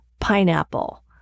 pineapple